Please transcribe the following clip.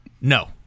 No